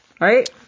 Right